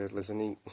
listening